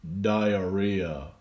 diarrhea